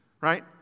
right